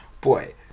boy